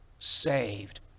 saved